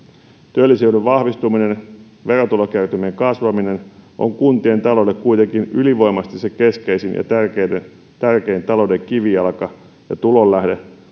työllisyyden vahvistuminen ja verotulokertymien kasvaminen on kuntien taloudelle kuitenkin ylivoimaisesti se keskeisin ja tärkein talouden kivijalka ja tulonlähde